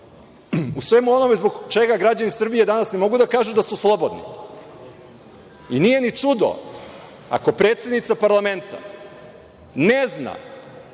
u svemu onome zbog čega građani Srbije danas ne mogu da kažu da su slobodni? I, nije ni čudo, ako predsednica parlamenta ne zna